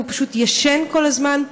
והוא פשוט ישן כל הזמן,